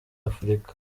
afrika